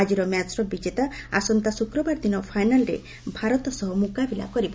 ଆଜିର ମ୍ୟାଚ୍ର ବିଜେତା ଆସନ୍ତା ଶୁକ୍ରବାର ଦିନ ଫାଇନାଲ୍ରେ ଭାରତ ସହ ମୁକାବିଲା କରିବ